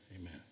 Amen